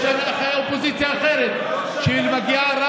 יש גם אופוזיציה אחרת, שמגיעה,